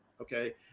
okay